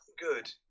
good